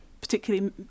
particularly